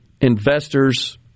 investors